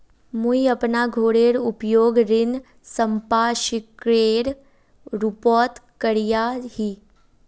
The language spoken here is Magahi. मुई अपना घोरेर उपयोग ऋण संपार्श्विकेर रुपोत करिया ही